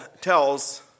tells